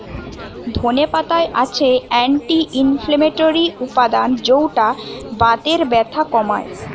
ধনে পাতায় আছে অ্যান্টি ইনফ্লেমেটরি উপাদান যৌটা বাতের ব্যথা কমায়